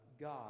God